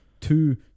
two